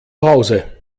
hause